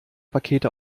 pakete